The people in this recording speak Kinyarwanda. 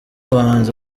bahanzi